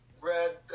Red